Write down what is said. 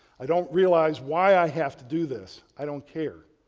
i don't realize why i have to do this. i don't care.